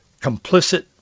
complicit